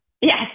Yes